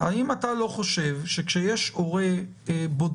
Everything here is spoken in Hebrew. האם אתה לא חושב שכאשר יש הורה בודד,